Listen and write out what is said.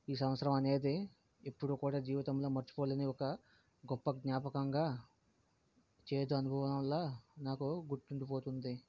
ఈ సంవత్సరం అనేది ఎప్పుడు కూడా జీవితంలో మర్చిపోలేని ఒక గొప్ప జ్ఞాపకంగా చేదు అనుభవంలా నాకు గుర్తుండిపోతుంది